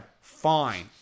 Fine